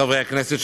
חברי הכנסת,